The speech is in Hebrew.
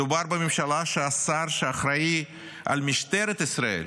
מדובר בממשלה שהשר שאחראי למשטרת ישראל